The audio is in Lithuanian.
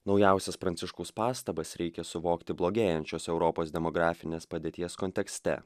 naujausias pranciškaus pastabas reikia suvokti blogėjančios europos demografinės padėties kontekste